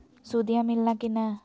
सुदिया मिलाना की नय?